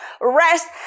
rest